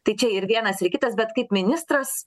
tai čia ir vienas ir kitas bet kaip ministras